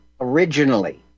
originally